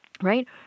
Right